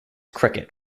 cricket